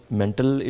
mental